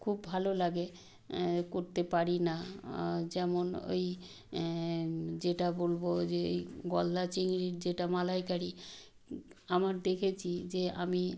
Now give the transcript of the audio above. খুব ভালো লাগে করতে পারি না যেমন ওই যেটা বলবো যে এই গলদা চিংড়ির যেটা মালাইকারি আমার দেখেছি যে আমি